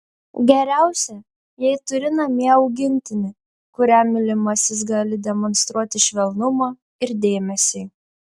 geriausia jei turi namie augintinį kuriam mylimasis gali demonstruoti švelnumą ir dėmesį